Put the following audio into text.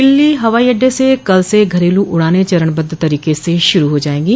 दिल्ली हवाई अड्डे से कल से घरेलू उड़ानें चरणबद्ध तरीके से शुरू हो जाएंगी